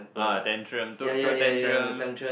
ah tantrum throw tantrums